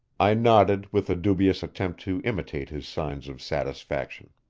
i nodded with a dubious attempt to imitate his signs of satisfaction.